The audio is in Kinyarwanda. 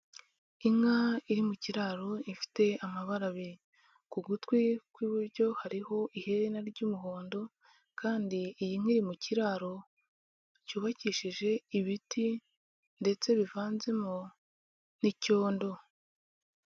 Inka iri mu kiraro ifite amabara abiri, ku gutwi kw'iburyo hariho iherena ry'umuhondo kandi iyi nka iri mu kiraro cyubakishije ibiti ndetse bivanzemo n'icyondo.